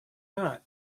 not